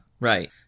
Right